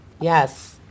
Yes